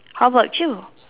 how about you